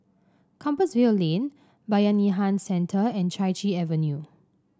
Compassvale Lane Bayanihan Centre and Chai Chee Avenue